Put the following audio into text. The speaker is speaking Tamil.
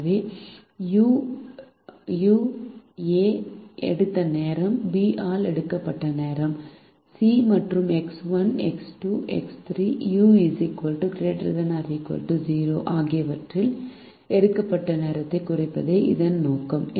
எனவே U u A எடுத்த நேரம் B ஆல் எடுக்கப்பட்ட நேரம் C மற்றும் X1 X2 X3 u ≥0 ஆகியவற்றால் எடுக்கப்பட்ட நேரத்தை குறைப்பதே இதன் நோக்கம்